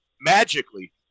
magically